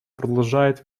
продолжает